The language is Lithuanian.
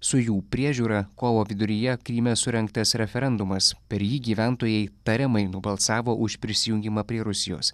su jų priežiūra kovo viduryje kryme surengtas referendumas per jį gyventojai tariamai nubalsavo už prisijungimą prie rusijos